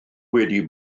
wedi